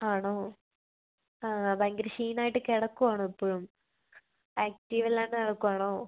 ആണോ ആ ഭയങ്കര ക്ഷീണമായിട്ട് കിടക്കുവാണോ ഇപ്പോഴും ആക്റ്റീവ് അല്ലാണ്ട് നടക്കുവാണോ